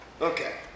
Okay